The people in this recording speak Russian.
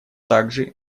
также